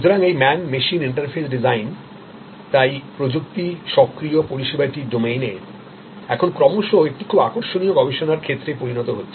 সুতরাং এই man machine interface design তাই প্রযুক্তি সক্রিয় পরিষেবাটির ডোমেনে এখন ক্রমশঃ একটি খুব আকর্ষণীয় গবেষণার ক্ষেত্রে পরিণত হচ্ছে